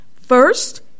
First